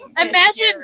Imagine